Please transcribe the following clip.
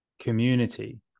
community